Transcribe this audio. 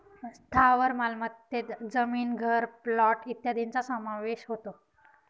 स्थावर मालमत्तेत जमीन, घर, प्लॉट इत्यादींचा समावेश होतो